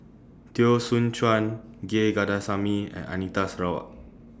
Teo Soon Chuan G Kandasamy and Anita Sarawak